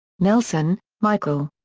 nelson, michael.